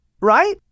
right